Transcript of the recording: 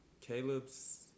Caleb's